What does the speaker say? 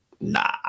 Nah